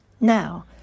Now